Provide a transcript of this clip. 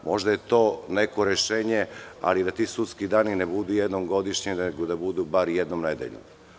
Možda je to neko rešenje, ali da ti sudski dani ne budu jednom godišnje nego da budu bar jednom nedeljno.